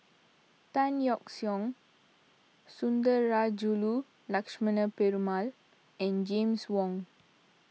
Tan Yeok Seong Sundarajulu Lakshmana Perumal and James Wong